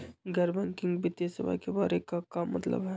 गैर बैंकिंग वित्तीय सेवाए के बारे का मतलब?